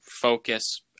focus